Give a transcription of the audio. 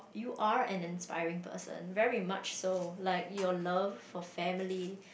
you are an inspiring person very much so like your love for family